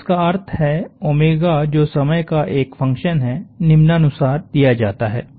तो जिसका अर्थ है जो समय का एक फंक्शन है निम्नानुसार दिया जाता है